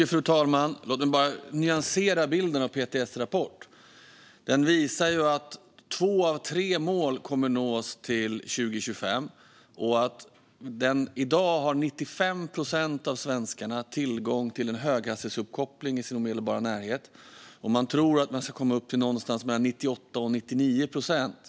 Fru talman! Låt mig bara nyansera bilden av PTS rapport. Den visar att två av tre mål kommer att nås till 2025 och att 95 procent av svenskarna i dag har tillgång till en höghastighetsuppkoppling i sin omedelbara närhet. Man tror att man ska komma upp till någonstans mellan 98 och 99 procent.